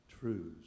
truths